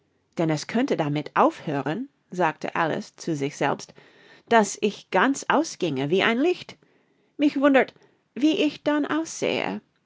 denn es könnte damit aufhören sagte alice zu sich selbst daß ich ganz ausginge wie ein licht mich wundert wie ich dann aussähe